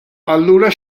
allura